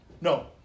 No